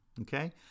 Okay